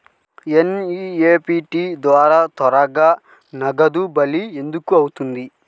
NEFT ద్వారా త్వరగా నగదు బదిలీ ఎందుకు అవుతుంది?